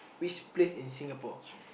which place in Singapore